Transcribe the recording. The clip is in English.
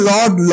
Lord